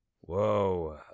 Whoa